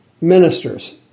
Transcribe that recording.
Ministers